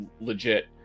legit